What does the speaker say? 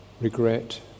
regret